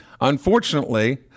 Unfortunately